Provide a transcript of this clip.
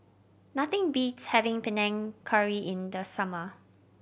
nothing beats having Panang Curry in the summer